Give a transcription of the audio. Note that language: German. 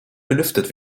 belüftet